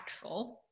impactful